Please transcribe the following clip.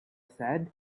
said